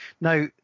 Now